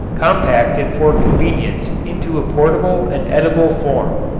compacted for convenience into a portable and edible form.